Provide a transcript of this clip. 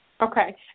Okay